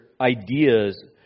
ideas